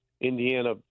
Indiana